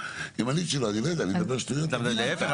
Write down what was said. כן, אני רוצה